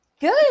good